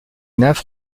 nymphes